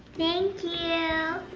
thank you.